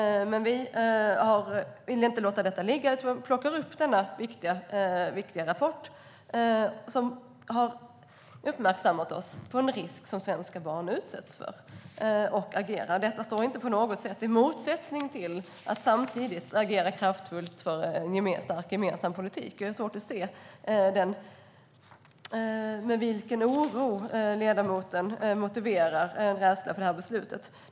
Men vi vill inte låta detta ligga utan plockar upp denna viktiga rapport som har uppmärksammat oss på en risk som svenska barn utsätts för. Vi agerar nu. Det finns inget motsatsförhållande mellan att vi agerar i Sverige och samtidigt agerar kraftfullt för en stark gemensam politik. Jag har svårt att se den oro med vilken ledamoten motiverar rädslan för det här beslutet.